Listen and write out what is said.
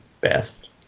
best